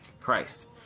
Christ